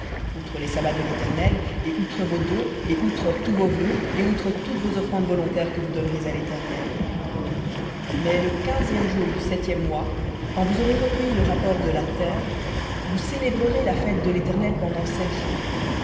outre les sabbats de l'éternel et outre vos dons et outre tous vos vœux et outre toutes vos offrandes volontaires que vous donnerez à léternel mais le quinzième jour du septième mois quand vous aurez recueilli le rapport de la terre vous célébrerez la fête de l'éternel pendant sept jours